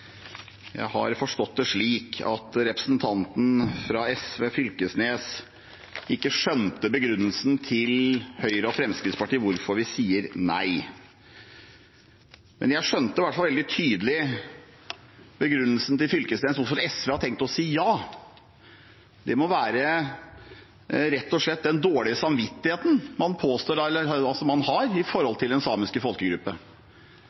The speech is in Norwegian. Jeg har forstått det slik at representanten fra SV, Knag Fylkesnes, ikke skjønte begrunnelsen til Høyre og Fremskrittspartiet for hvorfor vi sier nei. Men jeg skjønte i hvert fall veldig tydelig begrunnelsen til Knag Fylkesnes for hvorfor SV har tenkt å si ja. Det må rett og slett være den dårlige samvittigheten man har